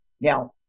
Now